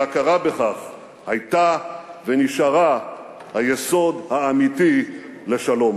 ההכרה בכך היתה ונשארה היסוד האמיתי לשלום.